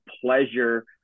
pleasure